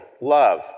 love